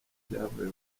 byavuye